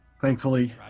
thankfully